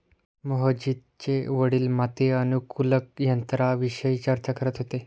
मोहजितचे वडील माती अनुकूलक यंत्राविषयी चर्चा करत होते